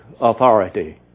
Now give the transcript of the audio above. authority